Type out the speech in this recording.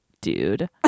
dude